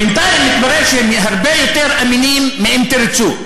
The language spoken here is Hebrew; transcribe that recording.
בינתיים התברר שהם הרבה יותר אמינים מ"אם תרצו".